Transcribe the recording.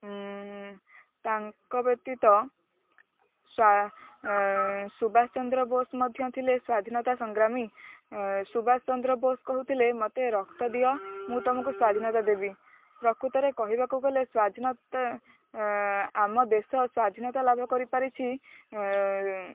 ତାଙ୍କ ବ୍ୟତୀତ ସୁବାଷ ଚନ୍ଦ୍ର ବୋସ୍ ମଧ୍ୟ ଥିଲେ ସ୍ଵାଧୀନତା ସଂଗ୍ରାମୀ ସୁବାଷ ଚନ୍ଦ୍ର ବୋସ୍ କହୁଥିଲେ ମୋତେ ରକ୍ତ ଦିଅ ମୁଁ ତୁମକୁ ସ୍ଵାଧୀନତା ଦେବି ପ୍ରକୃତରେ କହିବାକୁ ଗଲେ ସ୍ଵାଧୀନତା ଆମ ଦେଶ ସ୍ଵାଧୀନତା ଲାଭ କରିପାରିଛି